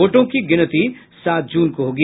वोटों की गिनती सात जून को होगी